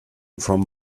from